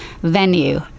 venue